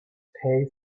pay